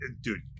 dude